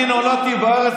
אני נולדתי בארץ,